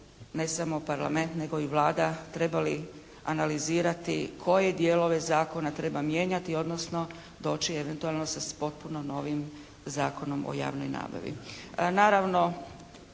ne samo Parlament nego i Vlada, trebali analizirati koje dijelove zakona treba mijenjati odnosno doći eventualno sa potpuno novim Zakonom o javnoj nabavi.